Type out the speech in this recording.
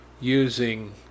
using